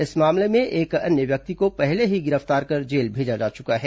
इस मामले में एक अन्य व्यक्ति को पहले ही गिरफ्तार कर जेल भेजा जा चुका है